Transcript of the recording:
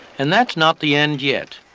and that's not the end yet,